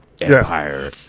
empire